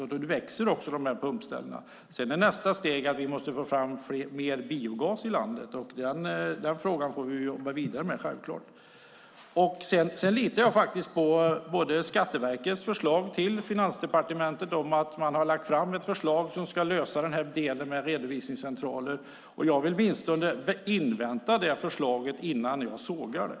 Då växer också pumpställena fram. Sedan är nästa steg att vi måste få fram mer biogas i landet, och den frågan får vi självklart jobba vidare med. Jag litar på Skatteverkets förslag till Finansdepartementet som ska lösa delen med redovisningscentraler, och jag vill åtminstone invänta det förslaget innan jag sågar det.